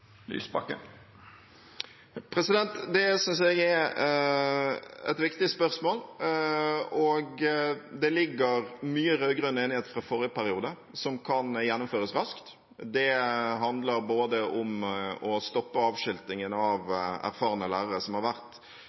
det man har ambisjon om? Det synes jeg er et viktig spørsmål, og det ligger mye rød-grønn enighet fra forrige periode som kan gjennomføres raskt. Det handler om å stoppe avskiltingen av erfarne lærere, som har vært